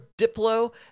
Diplo